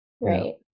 right